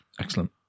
Excellent